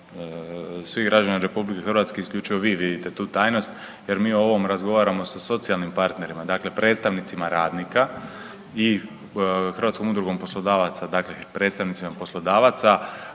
svih građana RH isključivo vi vidite tu tajnost jer mi o ovom razgovaramo sa socijalnim partnerima, dakle predstavnicima radnika i Hrvatskom udrugom poslodavaca, dakle predstavnicima poslodavaca